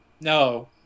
No